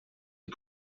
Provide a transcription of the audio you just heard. est